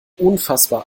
unfassbar